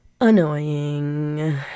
annoying